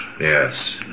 Yes